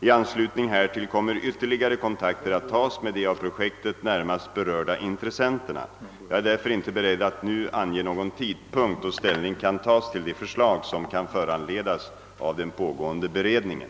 I anslutning härtill kommer ytterligare kontakter att tas med de av projektet närmast berörda intressenterna. Jag är därför inte beredd att nu ange någon tidpunkt då ställning kan tas till de förslag som kan föranledas av den pågående beredningen.